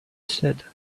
said